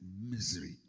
misery